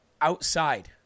outside